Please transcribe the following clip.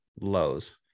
lows